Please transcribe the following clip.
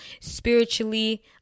spiritually